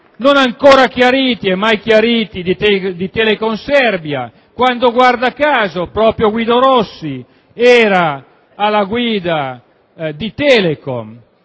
non ancora chiariti di Telekom Serbia, quando, guarda caso, proprio Guido Rossi era alla guida di Telecom;